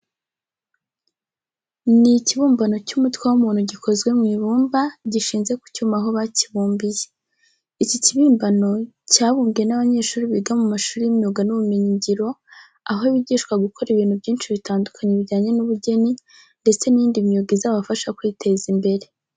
Ni ikibumbano cy'umutwe w'umuntu gikozwe mu ibumba, gishinze ku cyuma aho bakibumbiye. Iki kibimbano cyabumbwe n'abanyeshuri biga mu mashuri y'imyuga n'ubumenyingiro, aho bigishwa gukora ibintu byinshi bitandukanye bijyanye n'ubugeni ndetse n'iyindi myuga izabafasha kwiteza imbere.